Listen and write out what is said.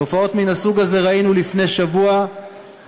תופעות מן הסוג הזה ראינו לפני שבוע בכתבת